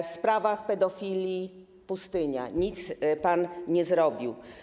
W sprawach pedofilii - pustynia, nic pan nie zrobił.